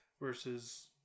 versus